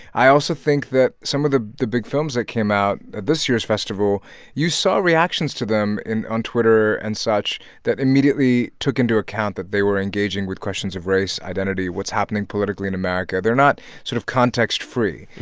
i also think that some of the the big films that came out at this year's festival you saw reactions to them on twitter and such that immediately took into account that they were engaging with questions of race, identity, what's happening politically in america. they're not sort of context-free,